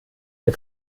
der